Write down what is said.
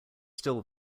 still